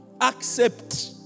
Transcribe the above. Accept